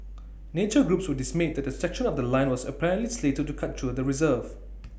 nature groups were dismayed that A section of The Line was apparently slated to cut through the reserve